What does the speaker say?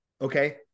Okay